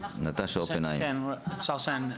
ארבעה סטודנטים.